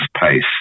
pace